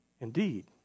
indeed